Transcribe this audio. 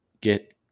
get